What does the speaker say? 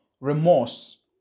remorse